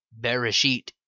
Bereshit